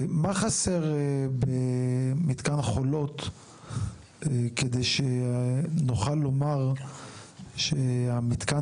מה חסר במתקן חולות כדי שנוכל לומר שהמתקן